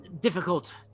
difficult